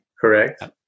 correct